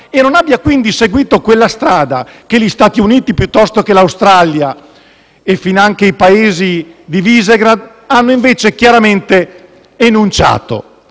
e non abbia, quindi, seguito quella strada che gli Stati Uniti o l'Australia e finanche i Paesi di Viségrad hanno, invece, chiaramente enunciato.